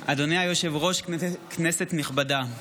היושב-ראש, כנסת נכבדה,